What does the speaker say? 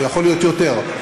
יכול להיות יותר,